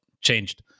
changed